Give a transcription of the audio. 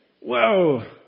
Whoa